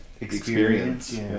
experience